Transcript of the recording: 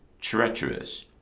treacherous